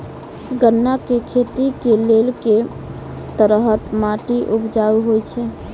गन्ना केँ खेती केँ लेल केँ तरहक माटि उपजाउ होइ छै?